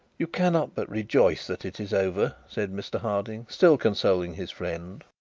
you cannot but rejoice that it is over said mr harding, still counselling his friend.